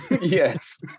Yes